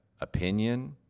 opinion